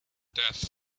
death